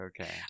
Okay